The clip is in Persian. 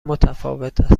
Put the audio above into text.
متفاوت